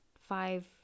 five